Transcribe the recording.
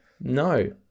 No